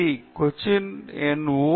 D Cochin என் ஊர்